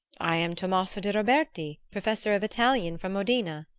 i am tommaso de roberti, professor of italian, from modena.